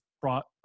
brought